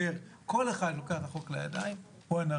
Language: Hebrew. כל אחד שלוקח את החוק לידיים הוא אנרכיסט.